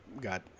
got